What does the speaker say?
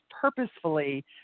purposefully